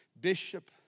Bishop